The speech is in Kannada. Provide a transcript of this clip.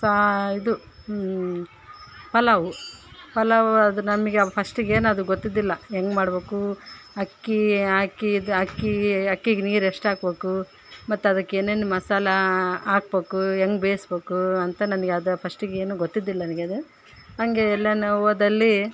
ಸಹ ಇದು ಪಲಾವು ಪಲಾವ್ ಅದು ನಮಗೆ ಫಸ್ಟಿಗೆನದು ಗೊತ್ತಿದ್ದಿಲ್ಲ ಹೆಂಗೆ ಮಾಡಬೇಕು ಅಕ್ಕಿ ಆಕಿ ಅಕ್ಕಿಗೆ ಅಕ್ಕಿಗೆ ನೀರು ಎಷ್ಟು ಹಾಕ್ಬೇಕು ಮತ್ತು ಅದಕ್ಕೇನೇನು ಮಸಾಲಾ ಹಾಕ್ಬೇಕು ಹೆಂಗ್ ಬೇಸ್ಬೇಕು ಅಂತ ನನಗ್ ಅದು ಫಸ್ಟಿಗೇನು ಗೊತ್ತಿದ್ದಿಲ್ಲ ನನಗೆ ಅದು ಹಂಗೆ ಎಲ್ಲನ ಹೋದಲ್ಲಿ